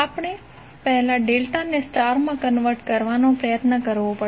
આપણે પહેલા ડેલ્ટાને સ્ટારમાં કન્વર્ટ કરવાનો પ્રયત્ન કરવો પડશે